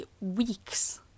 weeks